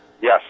yes